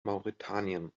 mauretanien